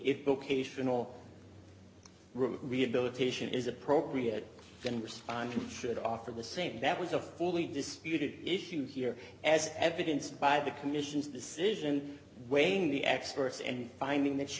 ational rehabilitation is appropriate in response you should offer the same that was a fully disputed issues here as evidenced by the commission's decision weighing the experts and finding that she